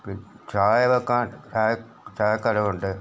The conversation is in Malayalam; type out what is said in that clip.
പിന്നെ ചായവെക്കാൻ ചായ ചായക്കലം ഉണ്ട്